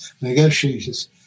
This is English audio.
negotiators